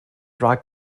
rhag